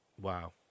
Wow